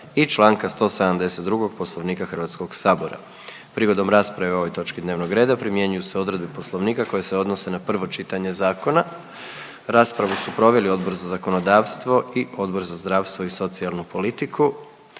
i Članka 172. Poslovnika Hrvatskog sabora. Prigodom rasprave o ovoj točki dnevnog reda primjenjuju se odredbe Poslovnika koje se odnose na prvo čitanje zakona. Raspravu su proveli Odbor za zakonodavstvo i Odbor za zdravstvo i socijalnu politiku.